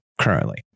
currently